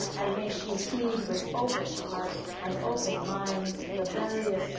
and may she heed with open heart and open mind. the various,